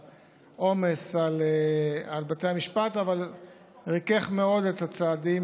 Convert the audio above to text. העומס על בתי המשפט אבל ריכך מאוד את הצעדים